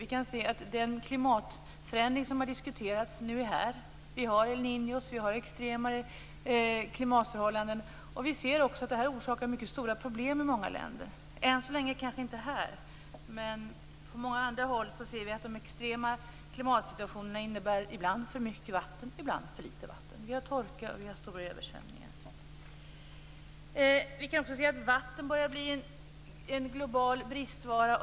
Vi kan se att den klimatförändring som har diskuterats nu är här. Vi har El Nino. Vi har extremare klimatförhållanden. Vi ser också att det här orsakar mycket stora problem i många länder. Det gör det kanske inte än så länge här, men på många andra håll ser vi att de extrema klimatsituationerna ibland innebär för mycket vatten, ibland för litet. Vi har torka, och vi har stora översvämningar. Vi kan också se att vatten börjar bli en global bristvara.